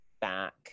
back